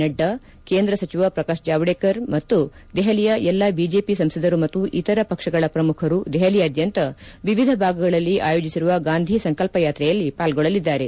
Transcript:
ನಡ್ಡಾ ಕೇಂದ್ರ ಸಚಿವ ಪ್ರಕಾಶ್ ಜಾವಡೇಕರ್ ಮತ್ತು ದೆಹಲಿಯ ಎಲ್ಲಾ ಬಿಜೆಪಿ ಸಂಸದರು ಮತ್ತು ಇತರ ಪಕ್ಷಗಳ ಪ್ರಮುಖರು ದೆಹಲಿಯಾದ್ಯಂತ ವಿವಿಧ ಭಾಗಗಳಲ್ಲಿ ಆಯೋಜಿಸಿರುವ ಗಾಂಧಿ ಸಂಕಲ್ಪ ಯಾತ್ರೆಯಲ್ಲಿ ಪಾಲ್ಗೊಳ್ಳಲಿದ್ದಾರೆ